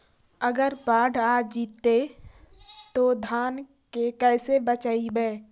अगर बाढ़ आ जितै तो धान के कैसे बचइबै?